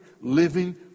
living